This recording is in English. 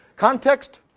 context,